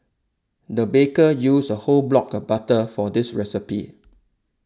the baker used a whole block of butter for this recipe